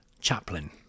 Chaplin